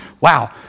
Wow